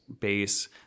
base